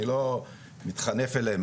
אני לא מתחנף אליהם,